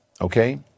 okay